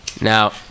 Now